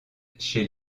chez